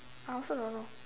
I also don't know